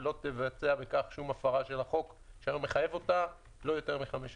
ולא תבצע בכך שום הפרה של החוק שהיום מחייב אותה לא יותר מחמש שנים.